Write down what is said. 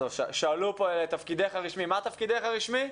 מה תפקידך הרשמי?